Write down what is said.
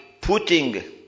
putting